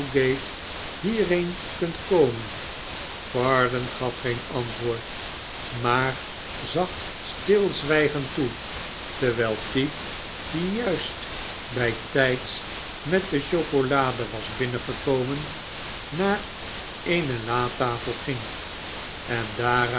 tiierheen kunt komen varden gaf geen antwoord maar zag stilzwijgend toe terwijl peak die juist bij tijds met de chocolade was bmnengekomen naar eene latafel ging en